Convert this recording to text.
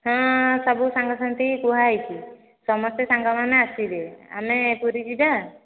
ହଁ ସବୁ ସାଙ୍ଗ ସାଥି ଙ୍କି କୁହା ହୋଇଛି ସମସ୍ତେ ସାଙ୍ଗ ମାନେ ଆସିବେ ଆମେ ପୁରୀ ଯିବା